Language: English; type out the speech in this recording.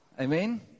Amen